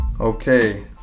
Okay